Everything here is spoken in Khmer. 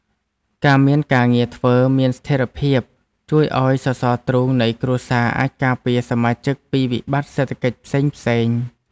ការមានការងារធ្វើមានស្ថិរភាពជួយឱ្យសសរទ្រូងនៃគ្រួសារអាចការពារសមាជិកពីវិបត្តិសេដ្ឋកិច្ចផ្សេងៗ។